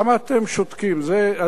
זה הדבר היחיד שאני לא מבין.